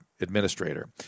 administrator